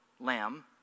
lamb